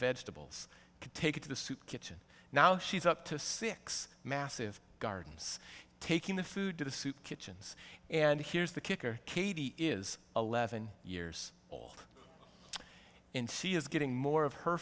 vegetables could take it to the soup kitchen now she's up to six massive gardens taking the food to the soup kitchens and here's the kicker katie is eleven years old in c is getting more of her